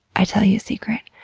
i tell you a secret.